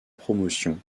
promotion